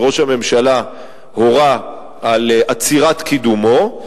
וראש הממשלה הורה על עצירת קידומו.